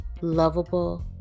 lovable